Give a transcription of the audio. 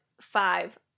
five